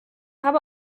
habe